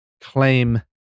claim